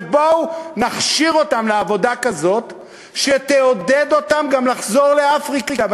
ובואו נכשיר אותם לעבודה כזאת שתעודד אותם גם לחזור לאפריקה.